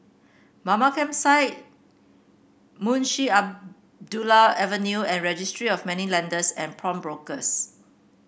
Mamam Campsite Munshi Abdullah Avenue and Registry of Moneylenders and Pawnbrokers